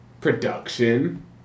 production